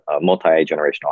multi-generational